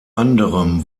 anderem